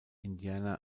indiana